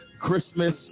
Christmas